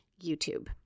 YouTube